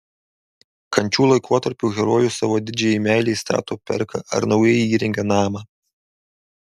kančių laikotarpiu herojus savo didžiajai meilei stato perka ar naujai įrengia namą